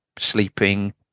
sleeping